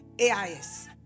AIS